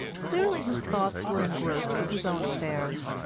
clearly his thoughts were engrossed with his own affairs,